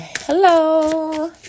hello